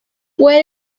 where